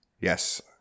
Yes